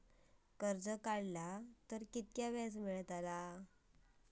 कर्ज काडला तर कीतक्या व्याज मेळतला?